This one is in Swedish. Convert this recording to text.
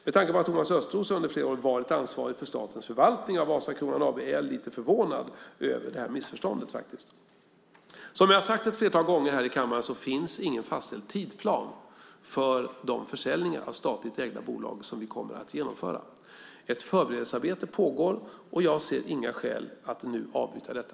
Med tanke på att Thomas Östros under flera år varit ansvarig för statens förvaltning av Vasakronan AB är jag lite förvånad över detta missförstånd. Som jag har sagt ett flertal gånger här i kammaren finns ingen fastställd tidsplan för de försäljningar av statligt ägda bolag som vi kommer att genomföra. Ett förberedelsearbete pågår, och jag ser inga skäl att nu avbryta detta.